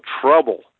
trouble